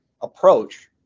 approach